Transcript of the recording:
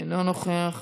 אינו נוכח.